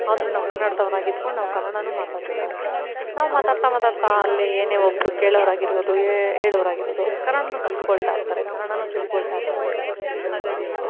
ಆದರೂ ನಾವು ಕನ್ನಡದವ್ರಾಗಿದ್ಕೊಂಡು ನಾವು ಕನ್ನಡಾನು ಮಾತಾಡ್ಬೇಕಾಗುತ್ತೆ ನಾವು ಮಾತಾಡ್ತಾ ಮಾತಾಡ್ತಾ ಅಲ್ಲಿ ಏನೇ ಒಬ್ಬರು ಕೇಳೋರಾಗಿರ್ಬೋದು ಹೇಳೋರಾಗಿರ್ಬೋದು ಕನ್ನಡಾನು ಕಲಿತ್ಕೊಳ್ತಾಯಿರ್ತಾರೆ ಕನ್ನಡಾನು ತಿಳ್ಕೊಳ್ತಾಯಿರ್ತಾರೆ ಹಾಗಾಗಿ ನಾವು